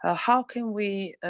ah how can we.